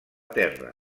terra